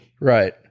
Right